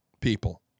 people